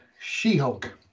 She-Hulk